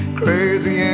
crazy